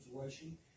situation